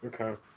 Okay